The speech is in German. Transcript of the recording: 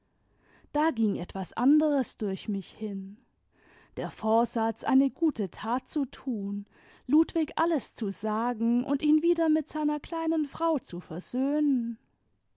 da ging etwas anderes durch mich hin der vorsatz eine gute tat zu tun ludwig alles zu sagen und ihn wieder mit seiner kleinen frau zu